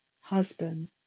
husband